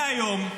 מהיום,